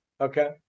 Okay